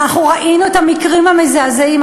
ואנחנו ראינו את המקרים המזעזעים.